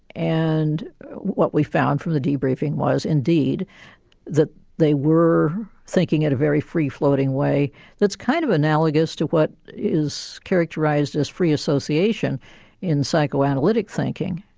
and what we found from the debriefing was indeed that they were thinking at a very free-floating way that's kind of analogous to what is characterised as free association in psychoanalytic thinking.